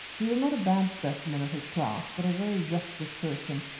he was not a bad specimen of his class, but a very restless person,